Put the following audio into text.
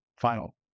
final